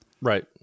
Right